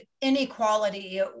inequality